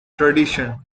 tradition